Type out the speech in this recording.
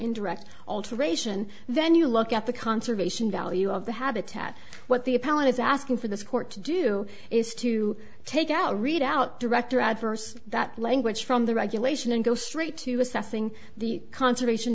indirect alteration then you look at the conservation value of the habitat what the appellate is asking for this court to do is to take out a readout director adverse that language from the regulation and go straight to assessing the con